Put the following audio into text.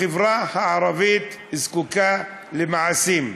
החברה הערבית זקוקה למעשים,